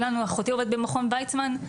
אחותי עובדת במכון ויצמן,